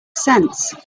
sense